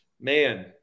Man